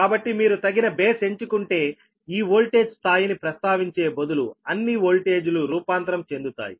కాబట్టి మీరు తగిన బేస్ ఎంచుకుంటే ఈ వోల్టేజ్ స్థాయిని ప్రస్తావించే బదులు అన్ని వోల్టేజ్ లు రూపాంతరం చెందుతాయి